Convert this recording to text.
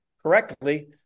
correctly